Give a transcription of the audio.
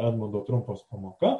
edmundo trumpos pamoka